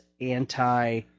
anti